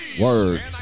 Word